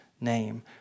name